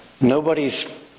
nobody's